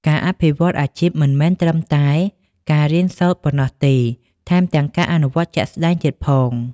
ការអភិវឌ្ឍន៍អាជីពមិនមែនត្រឹមតែការរៀនសូត្រប៉ុណ្ណោះទេ ថែមទាំងការអនុវត្តជាក់ស្តែងទៀតផង។